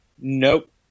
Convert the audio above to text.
Nope